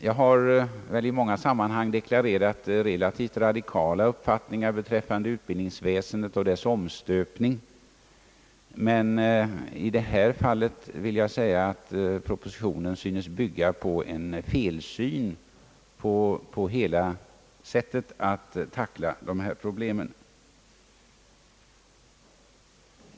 Jag har i många sammanhang deklarerat relativt radikala uppfattningar beträffande undervisningsväsendet och dess omstöpning, men i det här fallet vill jag säga att propositionen synes bygga på en felsyn på hela sättet att tackla dessa problem.